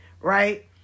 right